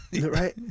Right